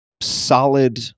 solid